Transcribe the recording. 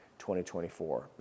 2024